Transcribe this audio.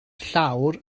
llawr